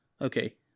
Okay